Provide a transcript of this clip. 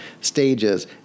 stages